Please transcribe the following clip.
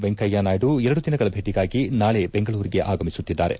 ವೆಂಕಯ್ಯನಾಯ್ದು ಎರಡು ದಿನಗಳ ಭೇಟಿಗಾಗಿ ನಾಳೆ ಬೆಂಗಳೂರಿಗೆ ಆಗಮಿಸುತ್ತಿದ್ದಾರೆ